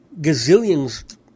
gazillions